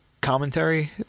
commentary